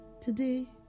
Today